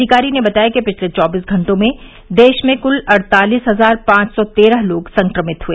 अधिकारी ने बताया कि पिछले चौबीस घंटों में देश में कुल अड़तालीस हजार पांच सौ तेरह लोग संक्रमित हुए